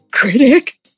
Critic